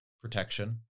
Protection